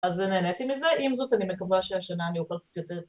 ‫אז זה, נהניתי מזה. ‫עם זאת, אני מקווה שהשנה אני אוכל קצת יותר...